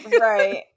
Right